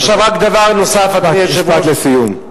עכשיו, רק דבר נוסף, רק משפט לסיום.